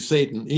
Satan